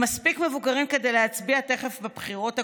הם מספיק מבוגרים כדי להצביע תכף בבחירות הקרובות,